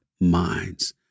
minds